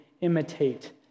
imitate